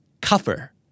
Cover